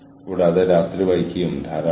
കൂടാതെ നെറ്റ്വർക്കിന് അതിജീവിക്കാൻ